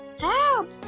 help